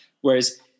Whereas